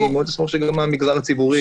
אני מאוד אשמח שגם המגזר הציבורי